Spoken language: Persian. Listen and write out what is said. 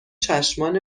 چشمان